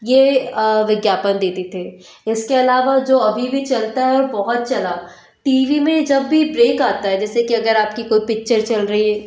ये विज्ञापन देते थे इसके अलावा जो अभी भी चलता है और बहुत चला टी वी में जब भी ब्रेक आता है जैसे कि अगर आपकी कोई पिक्चर चल रही है